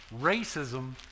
Racism